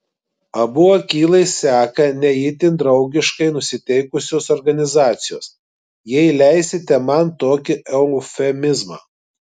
abu akylai seka ne itin draugiškai nusiteikusios organizacijos jei leisite man tokį eufemizmą